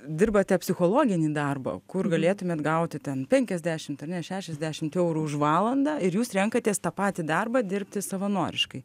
dirbate psichologinį darbą kur galėtumėt gauti ten penkiasdešimt ar ne šešiasdešimt eurų už valandą ir jūs renkatės tą patį darbą dirbti savanoriškai